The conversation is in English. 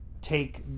take